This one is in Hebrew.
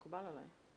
מקובל עליי.